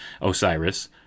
Osiris